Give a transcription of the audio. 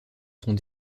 sont